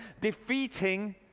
defeating